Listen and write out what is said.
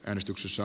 äänestyksessä